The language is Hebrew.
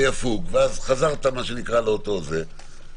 אז חזרת לאותו מקום.